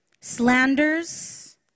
slanders